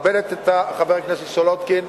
מכבדת את חברת הכנסת סולודקין,